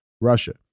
Russia